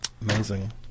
Amazing